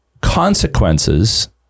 consequences